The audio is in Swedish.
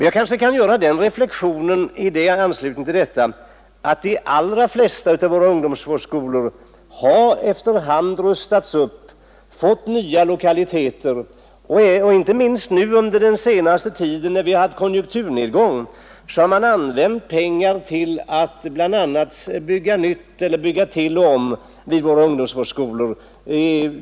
— Jag kanske kan göra den reflexionen i anslutning till detta att de allra flesta av våra ungdomsvårdsskolor efter hand har rustats upp och fått nya lokaliteter. Inte minst under den senaste tiden, när vi har haft en konjunkturnedgång, har man använt pengar till att bl.a. bygga om, bygga till och bygga nytt vid våra ungdomsvårdsskolor.